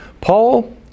Paul